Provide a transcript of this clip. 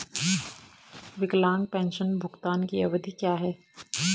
विकलांग पेंशन भुगतान की अवधि क्या है?